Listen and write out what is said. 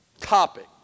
topic